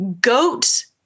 goat